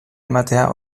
ematea